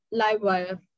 Livewire